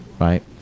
Right